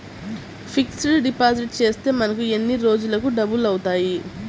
Fixed deposit చేస్తే మనకు ఎన్ని రోజులకు డబల్ అవుతాయి?